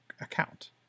account